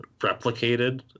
replicated